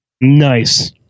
Nice